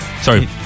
sorry